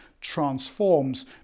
transforms